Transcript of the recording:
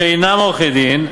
שאינם עורכי-דין,